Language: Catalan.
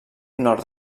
nord